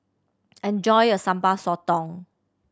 enjoy your Sambal Sotong